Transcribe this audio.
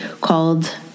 called